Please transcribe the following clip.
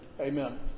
Amen